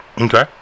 okay